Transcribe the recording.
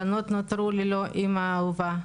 הבנות נותרו ללא האמא האהובה.